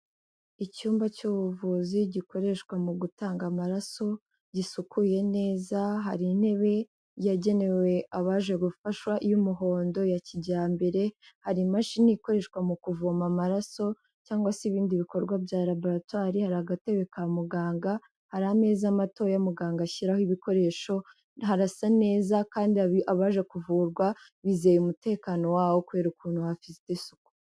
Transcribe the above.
Icyumba cy'ubuvuzi gikoreshwa mu gutanga amaraso gisukuye neza, hari intebe yagenewe abaje gufashwa iy'umuhondo ya kijyambere, hari imashini ikoreshwa mu kuvoma amaraso cyangwa se ibindi bikorwa bya laboratwari, hari agatebe ka muganga, hari ameza matoya muganga ashyiraho ibikoresho, harasa neza kandi abaje kuvurwa bizeye umutekano waho, kubera ukuntu hafite isuku.